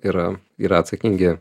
yra yra atsakingi